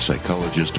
psychologist